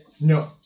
No